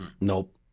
Nope